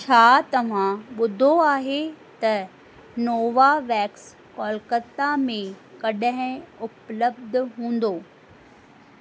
छा तव्हां ॿुधो आहे त में नोवा वैक्स कोलकता में कॾहिं उपलब्ध हूंदो